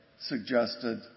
suggested